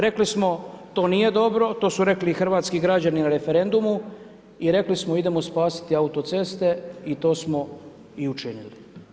Rekli smo to nije dobro, to su rekli i hrvatski građani na referendumu i rekli smo idemo spasiti autoceste i to smo i učinili.